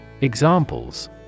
Examples